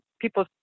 people